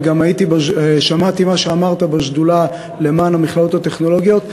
אני גם שמעתי מה שאמרת בשדולה למען המכללות הטכנולוגיות.